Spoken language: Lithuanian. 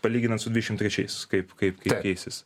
palyginant su dvidešimt trečiais kaip kaip kaip keisis